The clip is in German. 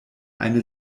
eine